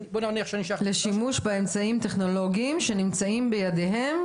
בוא נניח שאני --- 'לשימוש באמצעים טכנולוגיים שנמצאים בידיהם,